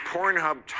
Pornhub